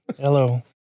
Hello